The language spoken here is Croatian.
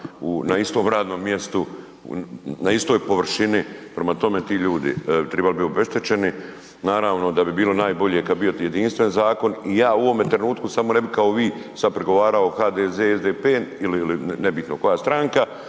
na istom radnom mjestu, na istoj površini, prema tome ti ljudi trebali bi bit obeštećeni. Naravno da bi bilo najbolje kad bi bio jedinstven zakon i ja u ovom trenutku samo ne bi kao vi sad prigovarao HDZ, SDP ili ne bitno koja stranka